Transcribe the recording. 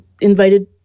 invited